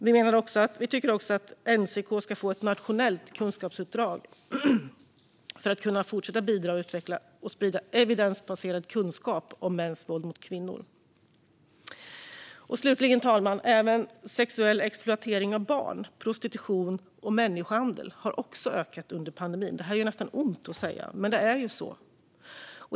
Vi tycker också att NCK ska få ett nationellt kunskapsuppdrag för att kunna fortsätta bidra med, utveckla och sprida evidensbaserad kunskap om mäns våld mot kvinnor. Fru talman! Även sexuell exploatering av barn, prostitution och människohandel har ökat under pandemin. Det här gör nästan ont att säga, men det är ju så.